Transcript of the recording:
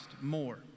more